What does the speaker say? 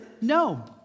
no